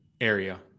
area